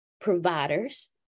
providers